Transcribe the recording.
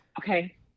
Okay